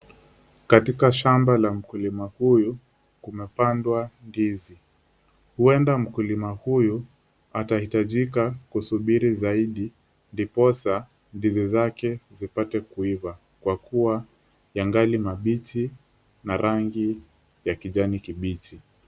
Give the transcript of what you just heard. Katika shamba la mkulima huyu, kumepandwa ndizi. Huenda mkulima huyu atahitajika kusubiri zaidi, ndiposa ndizi zake zipate kuiva kwa kuwa yangali mabichi na ranginya kijani kibichi.